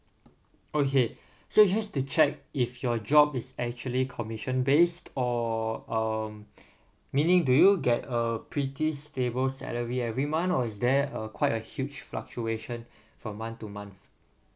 okay so just to check if your job is actually commission based or um meaning do you get a pretty stable salary every month or is there a quite a huge fluctuation from month to month